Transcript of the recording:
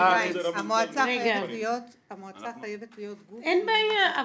המועצה חייבת להיות גוף --- אין בעיה.